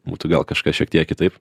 būtų gal kažkas šiek tiek kitaip